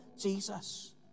Jesus